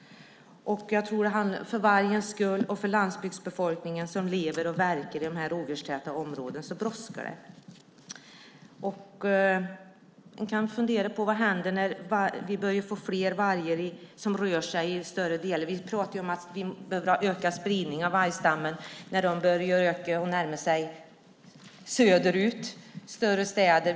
För vargens skull och för landsbygdsbefolkningens som lever och verkar i de rovdjurstäta områdena brådskar det. Man kan fundera på vad som händer när vi börjar få flera vargar som rör sig i större delar av landet - vi pratade ju om att vi behöver ha ökad spridning av vargstammen - till exempel när de börjar närma sig större städer söderut.